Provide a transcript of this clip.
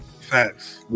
Facts